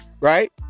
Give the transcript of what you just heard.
right